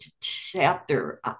chapter